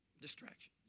Distraction